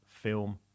film